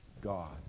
God